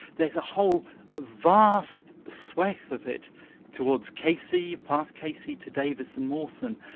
there's a whole vast swathe of it towards casey, past casey to davis and mawson,